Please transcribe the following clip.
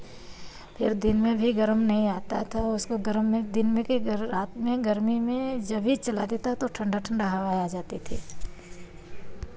फिर दिन में भी गर्म नहीं आता था उसको गर्म में दिन में के गर रात में गर्मी में जब ही चला देता तो ठण्डा ठण्डा हावा आ जाती थे